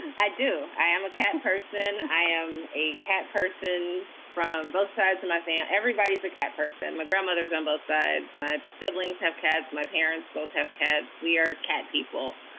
i do. i am a cat and person. i am a cat person from both sides of my fan, everybody's a cat person. my grandmother's on both sides. my siblings have cats. my parents both have cats. we are cat people.